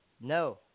No